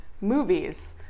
movies